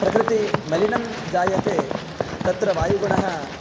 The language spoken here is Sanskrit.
प्रकृतिः मलिनं जायते तत्र वायुगुणः